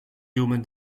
human